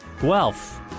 Guelph